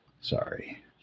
Sorry